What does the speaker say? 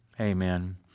Amen